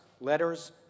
letters